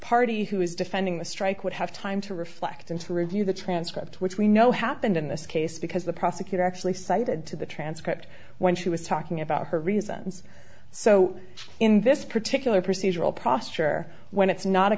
party who was defending the strike would have time to reflect and to review the transcript which we know happened in this case because the prosecutor actually cited to the transcript when she was talking about her reasons so in this particular procedural prost you're when it's not